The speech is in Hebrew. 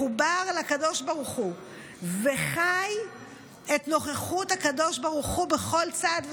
מחובר לקדוש ברוך הוא וחי את נוכחות הקדוש ברוך הוא בכל צעד ושעל.